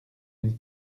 une